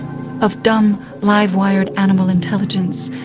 of dumb live-wired animal intelligence,